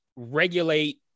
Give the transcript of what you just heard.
regulate